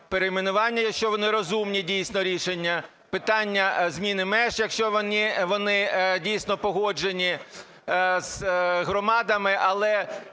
перейменування, якщо вони розумні дійсно рішення, питання зміни меж, якщо вони дійсно погоджені з громадами.